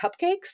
cupcakes